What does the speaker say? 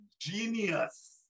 genius